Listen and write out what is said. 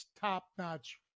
top-notch